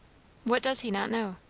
what does he not know?